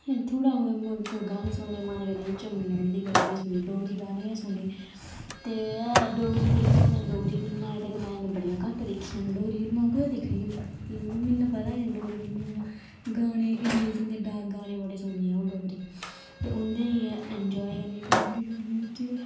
थुआढ़ा कुतै गाने सुनने दा मन करी जाग चमन लैहरी दे गाने गै सुनेओ डोगरी गाने गै सुने ते एह् डोगरी फिल्मां डोगरी फिल्मां ते मैं बड़ियां घट्ट दिक्खियां डोगरी फिल्मां कुत्थै दिक्खनियां इन्ना पता गै नी डोगरी फिल्में दा गाने जेहके रिलीज होंदे गाने बड़े सुननी अ'ऊं डोगरी ते उंदी गै इंजाय करनी डोगरी गाने बिच गै